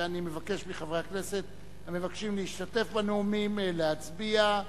ואני מבקש מחברי הכנסת המבקשים להשתתף בנאומים להצביע.